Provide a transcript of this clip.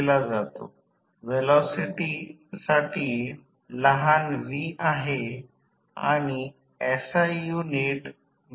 हे एका चांगल्या ट्रान्सफॉर्मर साठी आणि R1 R2 साठी पुरेसे अचूक आहे हे जाणून घेण्यासाठी फक्त एक अभ्यास जाणून घेऊया की आपण करत आहोत आणि आम्ही उत्तर शोधु की आम्ही बरोबर आहोत की नाही